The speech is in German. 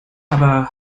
aber